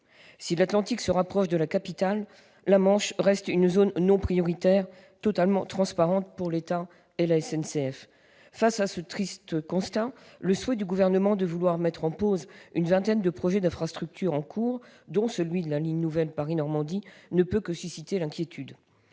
Si l'Atlantique se rapproche de la capitale, la Manche reste une zone non prioritaire, totalement transparente pour l'État et la SNCF. Au regard de ce triste constat, le souhait du Gouvernement de mettre en pause une vingtaine de projets d'infrastructures en cours, dont celui de la ligne nouvelle Paris-Normandie, la LNPN, ne peut que susciter l'inquiétude.